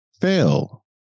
fail